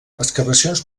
excavacions